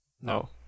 No